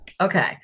Okay